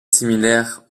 similaire